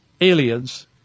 aliens